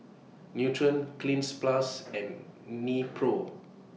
Nutren Cleanz Plus and Nepro